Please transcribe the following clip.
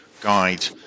guide